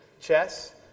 Chess